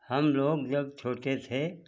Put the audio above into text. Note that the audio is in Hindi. हम लोग जब छोटे थे